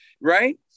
Right